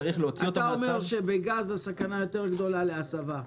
צריך --- אתה אומר שבגז הסכנה יותר גדולה להסבה.